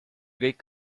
kõik